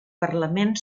parlament